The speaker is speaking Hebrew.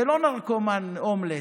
זה לא נרקומן הומלס.